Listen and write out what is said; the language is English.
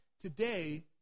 Today